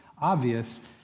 obvious